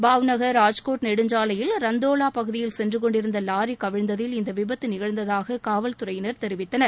பாவ்நகர் ராஜ்கோட் நெடுஞ்சாலையில் ரந்தோலா பகுதியில் சென்று கொண்டிருந்த லாரி கவிழ்ந்ததில் இந்த விபத்து நிகழ்ந்ததாக காவல்துறையினர் தெரிவித்தனர்